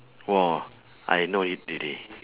!wah! I know it already